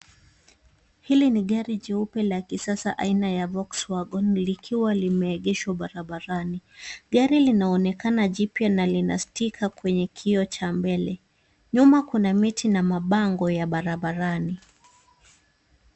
Hili ni gari jeupe la kisasa aina ya Volkswagon, likiwa limeegeshwa barabarani. Gari linaonekana jipwa na lina stika kwenye kioo cha mbele. Nyuma kuna miti na mabango ya barabarani.